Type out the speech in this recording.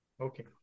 Okay